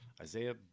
isaiah